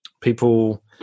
people